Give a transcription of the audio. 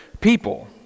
people